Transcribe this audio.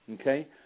Okay